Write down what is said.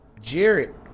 Jared